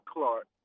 Clark